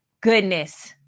goodness